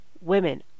women